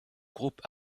groupe